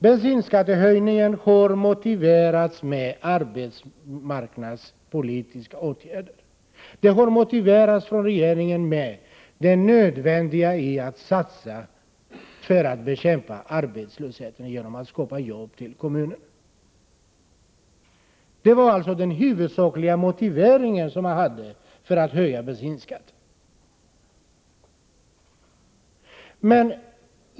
Bensinskattehöjningen har motiverats av regeringen med arbetsmarknadspolitiska åtgärder, med det nödvändiga i att satsa för att bekämpa arbetslösheten genom att skapa jobb i kommunerna. Det var alltså det huvudsakliga skäl man hade för att höja bensinskatten.